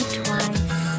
twice